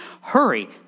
Hurry